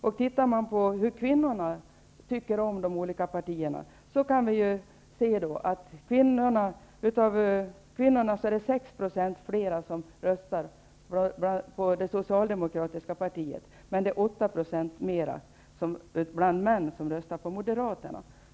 Om vi tittar på vad kvinnorna anser om de olika partierna kan vi konstatera att det bland kvinnorna är 6 % fler som röstar på det socialdemokratiska partiet, medan det bland män är 8 % fler som röstar på Moderaterna.